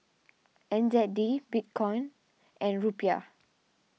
N Z D Bitcoin and Rupiah